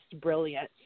brilliant